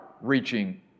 reaching